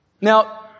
Now